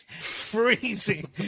freezing